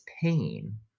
pain